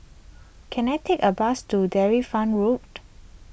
can I take a bus to Dairy Farm Road